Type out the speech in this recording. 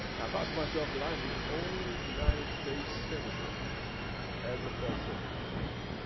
thought to myself that i'm the only united states senator to ever fail civics.